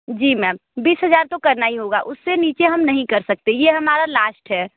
जी ma'am बीस हज़ार तो करना ही होगा उससे नीचे हम नहीं कर सकते ये हमारा लास्ट है